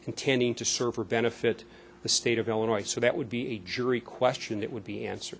intending to serve or benefit the state of illinois so that would be a jury question that would be answer